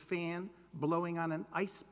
fan blowing on an ice